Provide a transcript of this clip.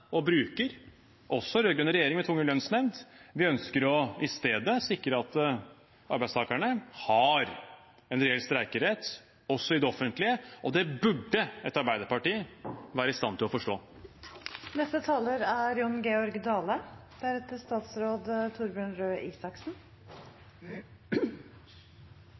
og den brukes ved tvungen lønnsnemnd. Vi ønsker i stedet å sikre at arbeidstakerne har en reell streikerett, også i det offentlige. Det burde et arbeiderparti være i stand til å forstå. Det den radikale venstresida på mange måtar tek til orde for i denne debatten, er